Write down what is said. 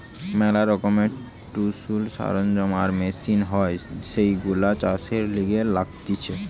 ম্যালা রকমের টুলস, সরঞ্জাম আর মেশিন হয় যেইগুলো চাষের লিগে লাগতিছে